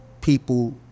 people